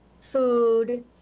food